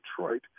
detroit